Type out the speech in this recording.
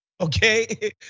Okay